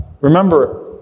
Remember